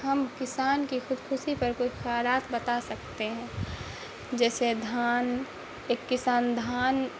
ہم کسان کی خود کشی پر کوئی خیالات بتا سکتے ہیں جیسے دھان ایک کسان دھان